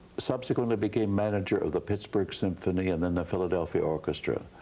subsequently became manager of the pittsburgh symphony and then the philadelphia orchestra.